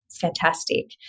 fantastic